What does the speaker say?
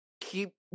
keep